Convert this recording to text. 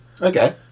Okay